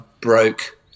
broke